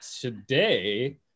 today